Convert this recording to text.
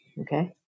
Okay